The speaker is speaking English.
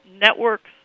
networks